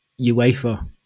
UEFA